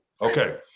Okay